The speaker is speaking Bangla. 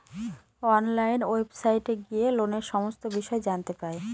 অনলাইন ওয়েবসাইটে গিয়ে লোনের সমস্ত বিষয় জানতে পাই